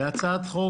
על סדר-היום: הצעת צו